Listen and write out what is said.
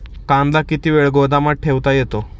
कांदा किती वेळ गोदामात ठेवता येतो?